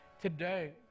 today